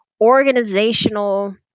organizational